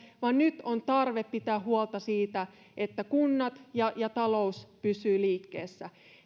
vaan nyt on tarve pitää huolta siitä että kunnat ja ja talous pysyvät liikkeessä